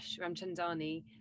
Ramchandani